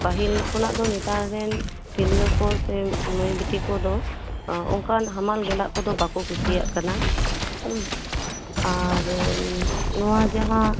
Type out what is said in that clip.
ᱯᱟᱹᱦᱤᱞ ᱠᱷᱚᱱᱟᱜ ᱫᱚ ᱱᱮᱛᱟᱨ ᱨᱮᱱ ᱛᱤᱨᱞᱟᱹ ᱠᱚ ᱥᱮ ᱢᱟᱹᱭ ᱵᱤᱴᱤ ᱠᱚᱫᱚ ᱚᱱᱠᱟᱱ ᱦᱟᱢᱟᱞ ᱜᱮᱸᱫᱟᱜ ᱠᱚᱫᱚ ᱵᱟᱠᱚ ᱠᱩᱥᱤᱭᱟᱜ ᱠᱟᱱᱟ ᱦᱩᱸ ᱟᱨ ᱱᱚᱣᱟ ᱡᱟᱦᱟᱸ